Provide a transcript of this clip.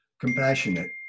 compassionate